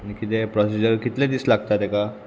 आनी किदें प्रोसिजर कितले दीस लागता तेका